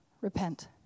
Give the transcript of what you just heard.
repent